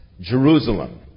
Jerusalem